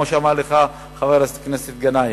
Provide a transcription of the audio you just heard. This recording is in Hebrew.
כמו שאמר לך חבר הכנסת גנאים.